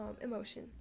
emotion